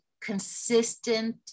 consistent